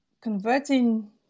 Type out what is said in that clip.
converting